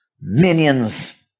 minions